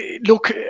Look